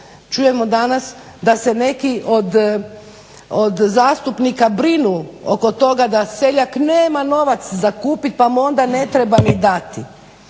Čujemo danas da se neki od zastupnika brinu oko toga da seljak nema novac za kupiti pa mu onda ne treba ni dati.